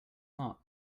not